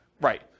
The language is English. Right